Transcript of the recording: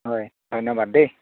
হয় ধন্যবাদ দেই